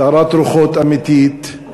סערת רוחות אמיתית.